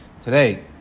Today